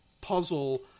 puzzle